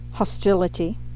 Hostility